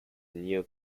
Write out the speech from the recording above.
neo